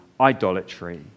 idolatry